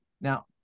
Now